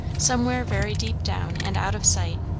somewhere very deep down and out of sight,